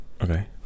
Okay